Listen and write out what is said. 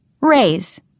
Raise